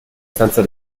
stanza